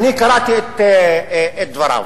אני קראתי את דבריו.